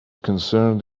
concerned